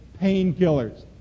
painkillers